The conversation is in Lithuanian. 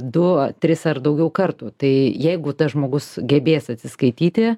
du tris ar daugiau kartų tai jeigu tas žmogus gebės atsiskaityti